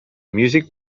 music